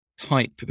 type